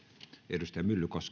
arvoisa